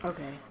Okay